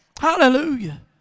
Hallelujah